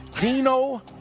Dino